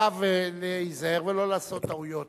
מוטב להיזהר ולא לעשות טעויות,